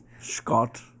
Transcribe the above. Scott